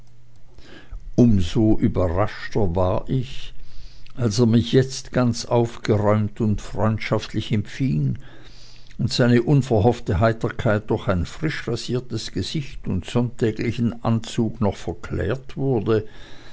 so überraschter war ich als er mich jetzt ganz aufgeräumt und freundschaftlich empfing und seine unverhoffte heiterkeit durch ein frischrasiertes gesicht und sonntäglichen anzug noch verklärt wurde